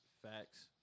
facts